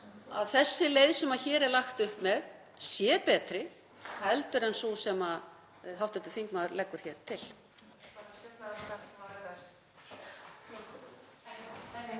að þessi leið sem hér er lagt upp með sé betri heldur en sú sem hv. þingmaður leggur hér til.